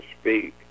speak